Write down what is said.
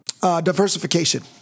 diversification